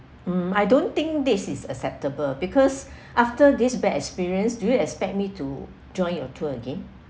mm I don't think this is acceptable because after this bad experience do you expect me to join your tour again